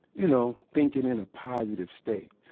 you know, thinking in a positive state.